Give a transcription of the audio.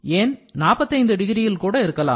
ஏன் 45 டிகிரியில் கூட இருக்கலாம்